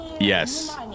Yes